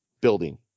building